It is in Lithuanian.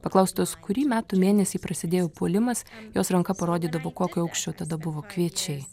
paklaustas kurį metų mėnesį prasidėjo puolimas jos ranka parodydavo kokio aukščio tada buvo kviečiai